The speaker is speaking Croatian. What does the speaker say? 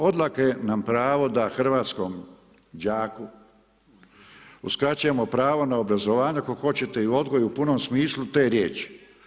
Odakle nam pravo da hrvatskom džaku uskraćujemo pravo na obrazovanje ako hoćete i odgoju u punom smislu te riječi.